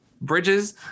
Bridges